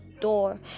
door